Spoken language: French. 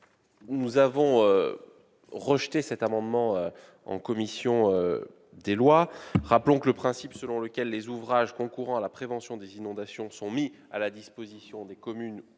Nous avons rejeté cet amendement en commission. Rappelons que le principe selon lequel les ouvrages concourant à la prévention des inondations sont mis à la disposition des communes